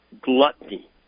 gluttony